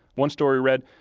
one story read,